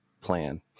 plan